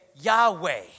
Yahweh